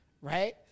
right